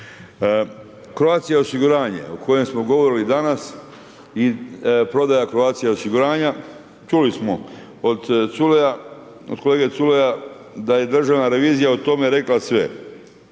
Croatia osiguranje, o kojem smo govorili danas i prodaja Croatia osiguranja, čuli smo od kolege Culeja, da je država revizija o tome rekla sve.